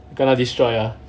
kena destroyed ah